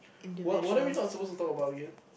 what whatever we not supposed to talk about again